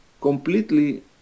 completely